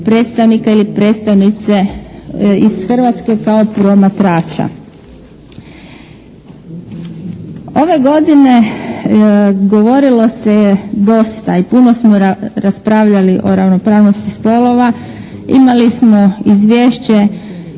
predstavnice iz Hrvatske kao promatrača. Ove godine govorilo se je dosta i puno smo raspravljali o ravnopravnosti spolova. Imali smo Izvješće